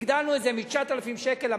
הגדלנו את זה מ-9,000 שקל.